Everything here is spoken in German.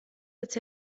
ist